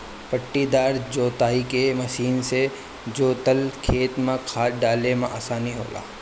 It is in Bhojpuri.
पट्टीदार जोताई के मशीन से जोतल खेत में खाद डाले में आसानी होला